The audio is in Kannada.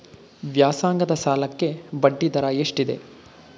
ವ್ಯಾಸಂಗದ ಸಾಲಕ್ಕೆ ಬಡ್ಡಿ ದರ ಎಷ್ಟಿದೆ?